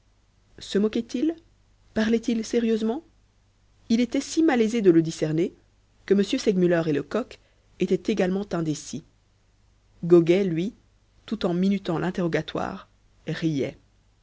se moquait il parlait-il sérieusement il était si malaisé de le discerner que m segmuller et lecoq étaient également indécis goguet lui tout en minutant l'interrogatoire riait